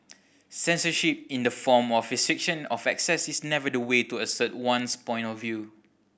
censorship in the form of a restriction of access is never the way to assert one's point of view